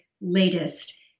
latest